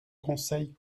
conseil